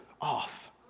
off